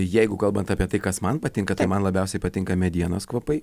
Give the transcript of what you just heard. jeigu kalbant apie tai kas man patinka tai man labiausiai patinka medienos kvapai